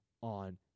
on